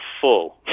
full